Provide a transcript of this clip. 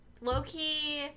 Loki